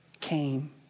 came